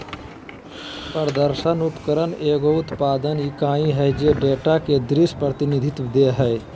प्रदर्शन उपकरण एगो उत्पादन इकाई हइ जे डेटा के दृश्य प्रतिनिधित्व दे हइ